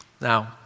Now